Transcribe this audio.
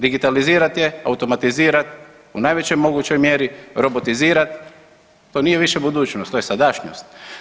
Digitalizirati je, automatizirati u najvećoj mogućoj mjeri, robotizirati, to nije više budućnost, to je sadašnjost.